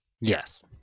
Yes